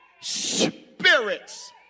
spirits